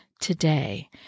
today